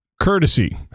courtesy